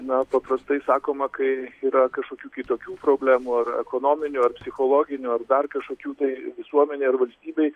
na paprastai sakoma kai yra kažkokių kitokių problemų ar ekonominių ar psichologinių ar dar kažkokių tai visuomenėj ar valstybėj